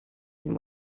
been